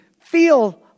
feel